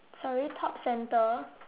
sorry top centre